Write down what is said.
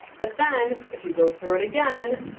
but then, if you go through it again,